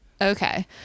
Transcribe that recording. Okay